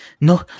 no